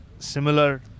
similar